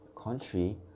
Country